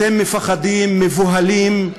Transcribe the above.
אתם מפחדים, מבוהלים,